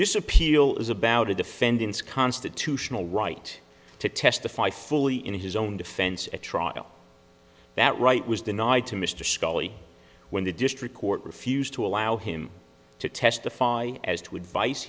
this appeal is about a defendant's constitutional right to testify fully in his own defense at trial that right was denied to mr scully when the district court refused to allow him to testify as to advice